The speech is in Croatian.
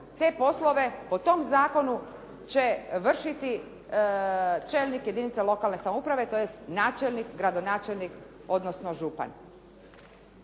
te poslove o tome zakonu će vršiti čelnik jedinice lokalne samouprave, tj. načelnik, gradonačelnik, odnosno župan.